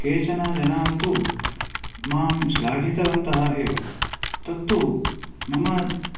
केचन जनान् तु मां श्लाघितवन्तः एव तत्तु मम